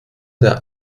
der